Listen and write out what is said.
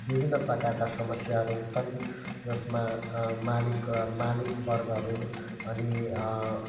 विभिन्न प्रकारका समस्याहरू हुन्छन् जसमा मालिक मालिकवर्गहरू अनि